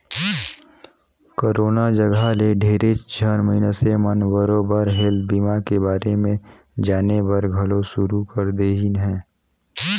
corona जघा ले ढेरेच झन मइनसे मन बरोबर हेल्थ बीमा के बारे मे जानेबर घलो शुरू कर देहिन हें